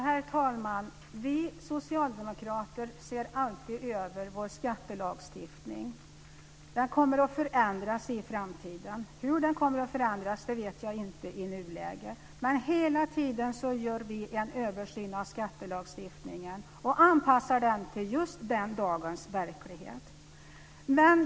Herr talman! Vi socialdemokrater ser alltid över vår skattelagstiftning. Den kommer att förändras i framtiden. Hur den kommer att förändras vet jag inte i nuläget. Men vi gör hela tiden en översyn av skattelagstiftningen och anpassar den till just den dagens verklighet.